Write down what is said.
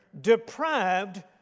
deprived